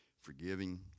forgiving